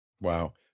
Wow